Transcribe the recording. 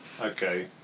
Okay